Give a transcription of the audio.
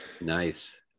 nice